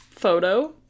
photo